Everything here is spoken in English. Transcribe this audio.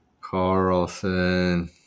Carlson